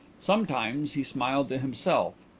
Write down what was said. sometimes he smiled to himself,